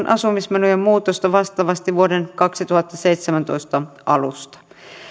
asumismenojen muutosta vastaavasti vuoden kaksituhattaseitsemäntoista alusta